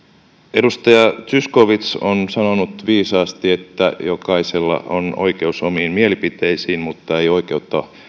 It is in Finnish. edustaja zyskowicz on sanonut viisaasti että jokaisella on oikeus omiin mielipiteisiin mutta ei oikeutta